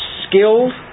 skilled